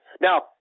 Now